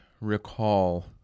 recall